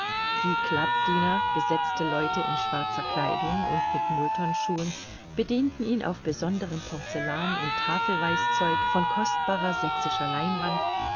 die clubdiener gesetzte leute in schwarzer kleidung und mit multonschuhen bedienten ihn auf besonderem porzellan und tafelweißzeug von kostbarer sächsischer leinwand